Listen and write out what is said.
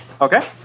Okay